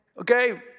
okay